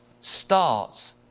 starts